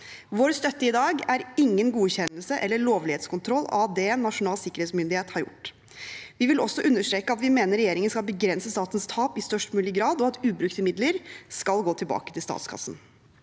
Vår støtte i dag er ingen godkjennelse eller lovlighetskontroll av det Nasjonal sikkerhetsmyndighet har gjort. Vi vil også understreke at vi mener regjeringen skal begrense statens tap i størst mulig grad, og at ubrukte midler skal gå tilbake til statskassen.